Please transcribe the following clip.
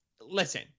Listen